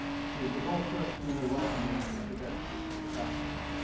she was also a senior welcome week representative for the faculty.